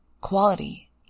quality